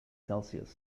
celsius